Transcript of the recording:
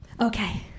Okay